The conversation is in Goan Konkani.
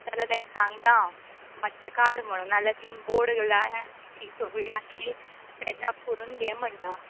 जाल्यार ताका सांगता हांव मातशें काड म्हण नाल्या थिंग बोड लाया ती सोगळी माश्शी पॅच आप करून घे म्हणटा